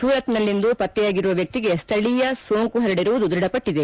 ಸೂರತ್ನಲ್ಲಿಂದು ಪತ್ತೆಯಾಗಿರುವ ವ್ಯಕ್ತಿಗೆ ಸ್ವಳೀಯ ಸೋಂಕು ಹರಡಿರುವುದು ದೃಢಪಟ್ಟದೆ